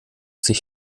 sich